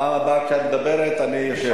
בפעם הבאה שאת מדברת, אני יושב.